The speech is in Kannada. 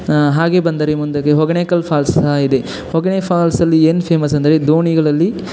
ಹಾಗೇ ಬಂದರೆ ಮುಂದಕ್ಕೆ ಹೊಗೆನಕಲ್ ಫಾಲ್ಸ್ ಸಹ ಇದೆ ಹೊಗೆನ ಫಾಲ್ಸಲ್ಲಿ ಏನು ಫೇಮಸ್ ಅಂದರೆ ದೋಣಿಗಳಲ್ಲಿ